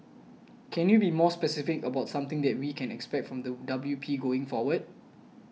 can you be more specific about something that we can expect from the W P going forward